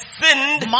sinned